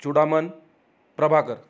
Chudaman Prabhakar